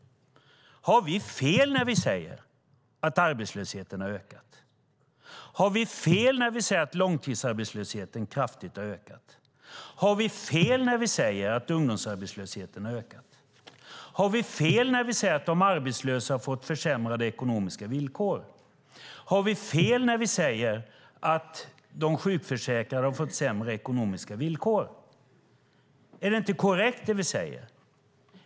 Har vi fel när vi säger att arbetslösheten har ökat? Har vi fel när vi säger att långtidsarbetslösheten har ökat kraftigt? Har vi fel när vi säger att ungdomsarbetslösheten har ökat? Har vi fel när vi säger att de arbetslösa har fått försämrade ekonomiska villkor? Har vi fel när vi säger att de sjukförsäkrade har fått sämre ekonomiska villkor? Är det inte korrekt det vi säger?